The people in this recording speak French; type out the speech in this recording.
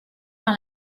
par